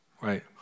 right